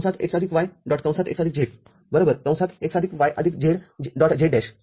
x z x y z